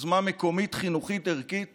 יוזמה מקומית חינוכית-ערכית